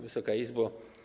Wysoka Izbo!